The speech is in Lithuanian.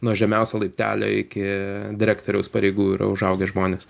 nuo žemiausio laiptelio iki direktoriaus pareigų yra užaugę žmonės